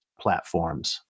platforms